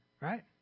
right